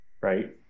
Right